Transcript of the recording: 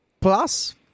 Plus